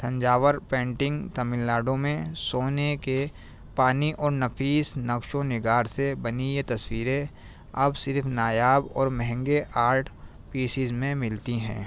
Thanjavur painting Tamil Nadu میں سونے کے پانی اور نفیس نقش و نگار سے بنی یہ تصویریں اب صرف نایاب اور مہنگے آرٹ پیسیز میں ملتی ہیں